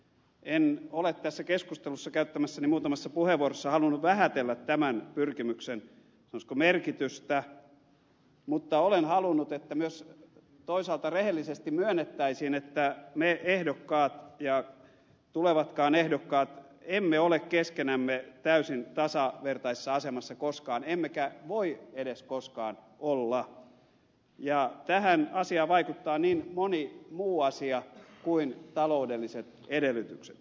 en ole tässä keskustelussa käyttämässäni muutamassa puheenvuorossa halunnut vähätellä tämän pyrkimyksen sanoisiko merkitystä mutta olen halunnut että myös toisaalta rehellisesti myönnettäisiin että me ehdokkaat ja tulevatkaan ehdokkaat emme ole keskenämme täysin tasavertaisessa asemassa koskaan emmekä voi edes koskaan olla ja tähän asiaan vaikuttaa niin moni muu asia kuin taloudelliset edellytykset